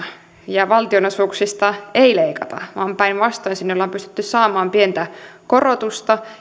ja valtionosuuksista ei leikata vaan päinvastoin sinne ollaan pystytty saamaan pientä korotusta